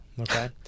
okay